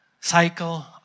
Cycle